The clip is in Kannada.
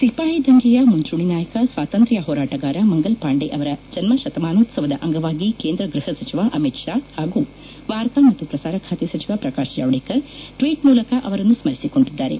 ಸಿಪಾಯಿ ದಂಗೆಯ ಮುಂಚೂಣಿ ನಾಯಕ ಸ್ವಾತಂತ್ರ್ತ ಹೋರಾಟಗಾರ ಮಂಗಲ್ ಪಾಂಡೆ ಅವರ ಜನ್ಮ ಶತಮಾನೋತ್ವವದ ಅಂಗವಾಗಿ ಕೇಂದ್ರ ಗೃಹ ಸಚಿವ ಅಮಿತ್ ಶಾ ಹಾಗೂ ವಾರ್ತಾ ಮತ್ತು ಪ್ರಸಾರ ಖಾತೆ ಸಚಿವ ಪ್ರಕಾಶ್ ಜಾವಡೇಕರ್ ಟ್ವೀಟ್ ಮೂಲಕ ಅವರನ್ನು ಸ್ಮರಿಸಿಕೊಂಡಿದ್ದಾರೆ